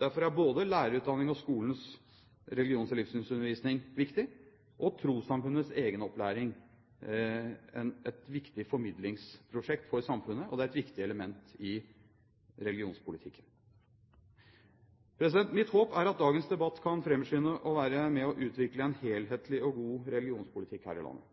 Derfor er både lærerutdanningens og skolens religions- og livssynsundervisning viktig. Trossamfunnenes egen opplæring er et viktig formidlingsprosjekt for samfunnet, og det er et viktig element i religionspolitikken. Mitt håp er at dagens debatt kan framskynde og være med på å utvikle en helhetlig og god religionspolitikk her i landet.